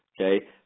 Okay